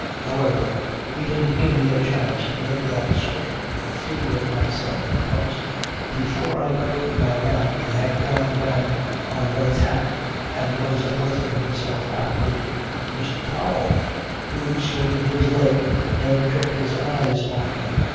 however he didn't give me a chance to make that sort of fool of myself because before i could open my mouth he had gone round on another tack and was addressing himself affably to mr. powell who swinging his leg never took his eyes off me.